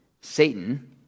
Satan